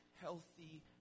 healthy